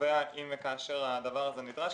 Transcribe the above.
קובע אם וכאשר הדבר הזה נדרש,